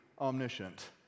omniscient